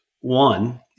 One